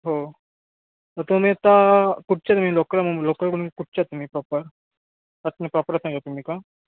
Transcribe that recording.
हो तं तुम्ही आता कुठच्या तुम्ही लोकल मुं लोकल म्हणून कुठच्या तुम्ही प्रॉपर अच्छा मं प्रॉपर रत्नागिरी तुम्ही का